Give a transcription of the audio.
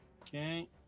Okay